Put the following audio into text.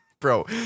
Bro